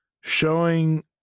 showing